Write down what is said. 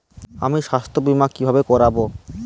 আমি স্বাস্থ্য বিমা কিভাবে করাব?